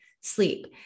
sleep